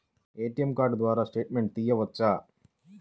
ATM card ద్వారా statement తీయవచ్చా?